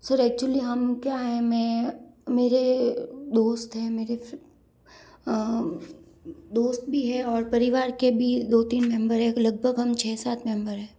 sir actually हम क्या है मैं मेरे दोस्त हैं मेरे फ़्रे दोस्त भी है और परिवार के भी दो तीन मेम्बर लगभग हम छः सात मेम्बर हैं